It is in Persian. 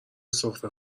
سفره